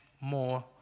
more